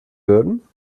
würden